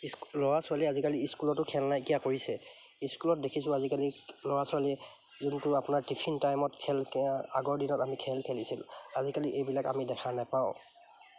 school ল'ৰা ছোৱালী আজিকালি স্কুলতো খেল নাইকিয়া কৰিছে স্কুলত দেখিছোঁ আজিকালি ল'ৰা ছোৱালীয়ে যোনটো আপোনাৰ টিফিন টাইমত খেল আগৰ দিনত আমি খেল খেলিছিলোঁ আজিকালি এইবিলাক আমি দেখা নাপাওঁ